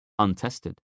Untested